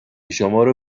شمارو